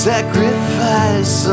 Sacrifice